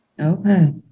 Okay